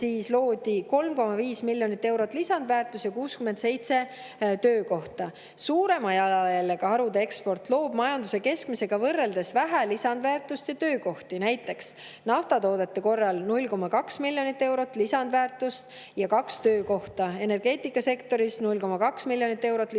keskmiselt 3,5 miljonit eurot lisandväärtust ja 67 töökohta. Suurema jalajäljega [majandus]harude eksport loob majanduse keskmisega võrreldes vähe lisandväärtust ja töökohti, näiteks naftatooted annavad 0,2 miljonit eurot lisandväärtust ja 2 töökohta, energeetikasektoris tekib 0,2 miljonit eurot lisandväärtust